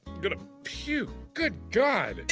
gonna puke. good god.